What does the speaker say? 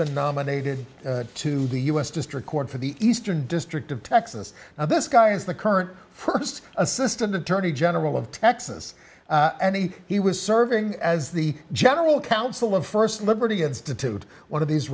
been nominated to the u s district court for the eastern district of texas now this guy is the current st assistant attorney general of texas and he he was serving as the general counsel of st liberty institute one of these